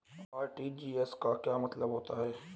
RTGS का क्या मतलब होता है?